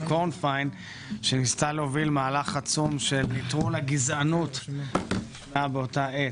קורנפיין שניסתה להוביל מהלך עצום של נטרול הגזענות באותה עת.